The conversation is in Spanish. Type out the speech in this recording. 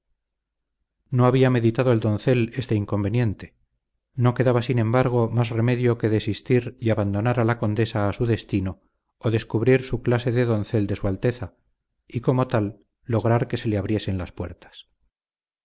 no había meditado el doncel este inconveniente no quedaba sin embargo más remedio que desistir y abandonar a la condesa a su destino o descubrir su clase de doncel de su alteza y como tal lograr que se le abriesen las puertas